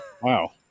Wow